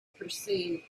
perceived